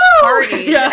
party